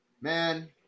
Man